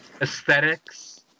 aesthetics